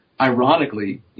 ironically